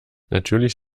natürlich